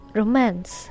romance